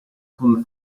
con